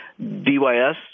DYS